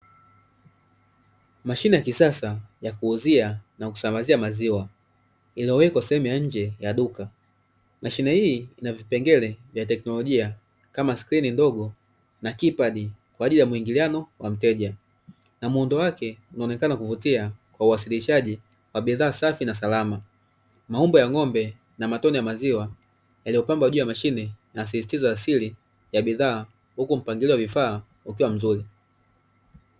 Mashine ya kisasa ya kuuzia na kusambazia maziwa, iliyowekwa sehemu ya nje ya duka. Mashine hii ina vipengele vya teknolojia kama skrini ndogo na "keypad" kwa ajili ya muingiliano kwa mteja, na muundo wake unaonekana kuvutia kwa uwasilishaji wa bidhaa safi na salama. Morning aumbo ya ng'ombe na matone ya maziwa yaliyopamba juu ya mashine yanasisitiza asili ya bidhaa, huku mpangilio wa vifaa ukiwa mzuri.